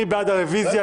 מי בעד הרביזיה?